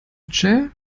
chair